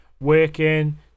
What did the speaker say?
working